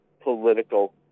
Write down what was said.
political